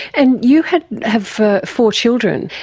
and you have have ah four children.